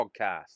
podcast